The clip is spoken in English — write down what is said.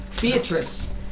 Beatrice